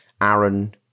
aaron